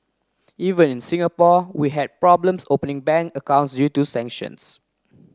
even in Singapore we had problems opening bank accounts to sanctions